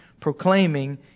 proclaiming